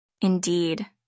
Indeed